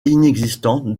inexistante